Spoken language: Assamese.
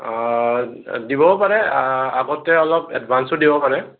অ' দিবও পাৰে আগতে অলপ এডভাঞ্চো দিব পাৰে